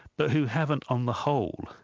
but who haven't, on the whole,